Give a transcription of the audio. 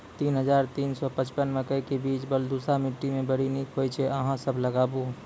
तीन हज़ार तीन सौ पचपन मकई के बीज बलधुस मिट्टी मे बड़ी निक होई छै अहाँ सब लगाबु?